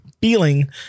feeling